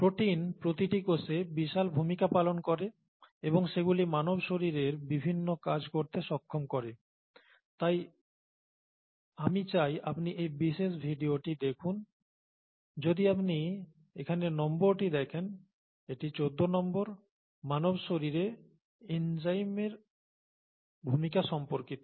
protein প্রতিটি কোষে বিশাল ভূমিকা পালন করে এবং সেগুলি মানব শরীরের বিভিন্ন কাজ করতে সম্ভব করে আমি চাই আপনি এই বিশেষ ভিডিওটি দেখুন যদি আপনি এখানে নম্বরটি দেখেন এটি 14 নম্বর মানব শরীরে এনজাইমের ভূমিকা সম্পর্কিত